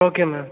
okay ma'am